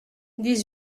dix